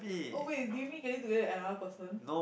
oh wait did you mean getting together with another person